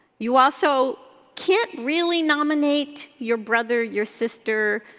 you also can't really nominate your brother, your sister,